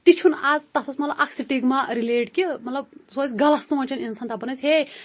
تہِ چھُ نہٕ آز تَتھ اوس مگر اَکھ سِٹِگما رِلیٹ کہِ مطلَب سُہ ٲسۍ غَلَط سونٛچان اِنسان دَپان ٲسۍ ہے